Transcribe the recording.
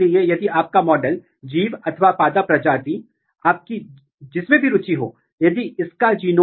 तो इस तरह के आनुवांशिक विश्लेषण आपको एक विशेष विकास पथ के विभिन्न नियामकों के बीच आनुवंशिक संबंध स्थापित करने की अनुमति देगा